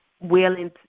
willing